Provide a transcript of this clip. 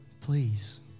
please